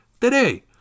today